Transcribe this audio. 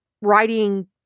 writing